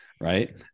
right